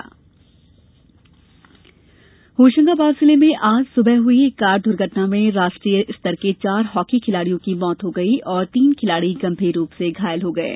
दुर्घटना होशंगाबाद जिले में आज सुबह हुई एक कार दुर्घटना में राष्ट्रीय स्तर के चार हॉकी खिलाड़ियों की मृत्यु हो गई और तीन खिलाड़ी गम्भीर रूप से घायल हो गये